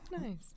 nice